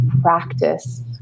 practice